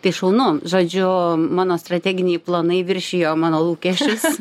tai šaunu žodžiu mano strateginiai planai viršijo mano lūkesčius